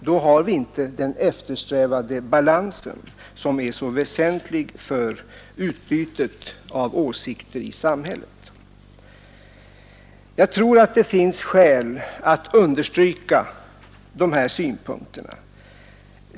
Då har vi inte den eftersträvade balansen som är så väsentlig för demokratins livskraft och funktion. Jag tror att det finns skäl att understryka detta.